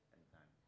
Anytime